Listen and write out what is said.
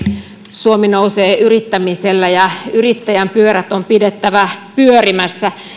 suomi nousee yrittämisellä ja yrittäjän pyörät on pidettävä pyörimässä